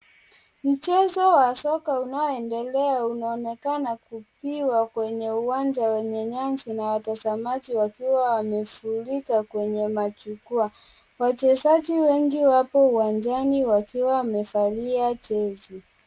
Mchezo wa soka unaoendelea unaonekana kupigwa kwenye uwanja wenye nyasi na watazamaji wakiwa wamefulika kwenye mjukua. Wachezaji wengi wapo uwanjani wakiwa wamevalia jezi.